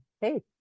hey